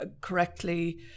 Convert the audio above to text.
correctly